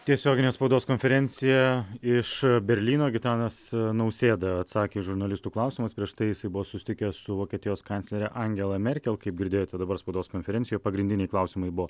tiesioginė spaudos konferencija iš berlyno gitanas nausėda atsakė į žurnalistų klausimus prieš tai jisai buvo susitikęs su vokietijos kanclere angela merkel kaip girdėjote dabar spaudos konferencijoj pagrindiniai klausimai buvo